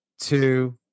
two